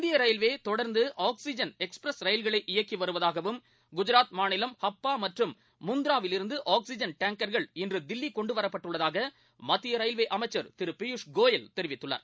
இந்தியரயில்வேதொடர்ந்துஆக்சிஜன் express ரயில்களை இயக்கிவருவதாகவும் மாநிலம் ஹப்பாமற்றும் குஐராத் முந்த்ராவிலிருந்துஆக்சிஜன் டேங்கர்கள் இன்றுதில்லிகொண்டுவரப்பட்டுள்ளதாகமத்தியரயில்வே அமைச்சர் திருபியூஷ் கோயல் தெரிவித்துள்ளார்